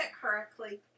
correctly